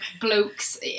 blokes